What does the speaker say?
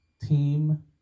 Team